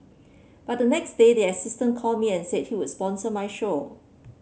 but the next day the assistant called me and said he would sponsor my show